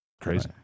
Crazy